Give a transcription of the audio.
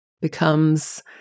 becomes